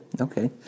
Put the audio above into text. Okay